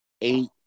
eight